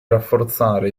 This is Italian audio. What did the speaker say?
rafforzare